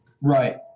Right